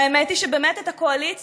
והאמת היא שבאמת את הקואליציה,